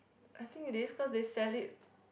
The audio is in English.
I think it is cause they sell it